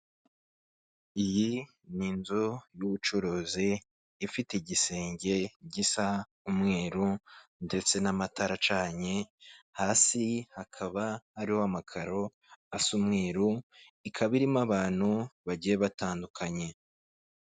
Iyi ni inzu y'ubucuruzi, ifite igisenge gisa umweru ndetse n'amatara acanye, hasi hakaba hariho amakaro asa umweru, ikaba irimo abantu bagiye batandukanye.